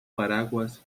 paraguas